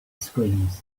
screams